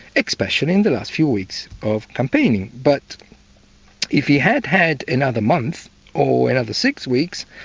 especially in the last few weeks of campaigning. but if he had had another month or another six weeks,